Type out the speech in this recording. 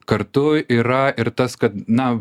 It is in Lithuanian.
kartu yra ir tas kad na